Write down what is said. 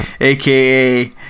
aka